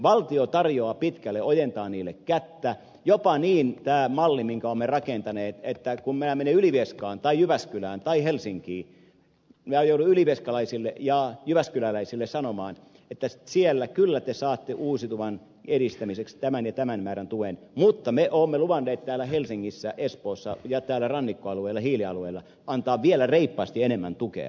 valtio tarjoaa pitkälle ojentaa niille kättä jopa niin tämä malli minkä olemme rakentaneet että kun minä menen ylivieskaan tai jyväskylään tai helsinkiin minä joudun ylivieskalaisille ja jyväskyläläisille sanomaan että siellä kyllä te saatte uusiutuvan edistämiseksi tämän ja tämän määrän tuen mutta me olemme luvanneet täällä helsingissä espoossa ja täällä rannikkoalueella hiilialueella antaa vielä reippaasti enemmän tukea